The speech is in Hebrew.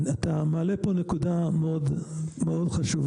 אתה מעלה פה נקודה מאוד חשובה.